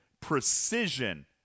precision